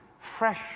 fresh